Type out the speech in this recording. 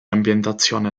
ambientazione